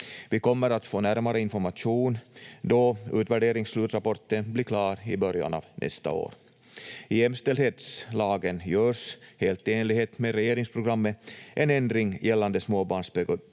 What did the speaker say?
Vi kommer att få närmare information då utvärderingsslutrapporten blir klar i början av nästa år. I jämställdhetslagen görs helt i enlighet med regeringsprogrammet en ändring gällande småbarnspedagogiken.